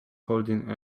holding